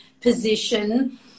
position